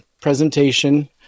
presentation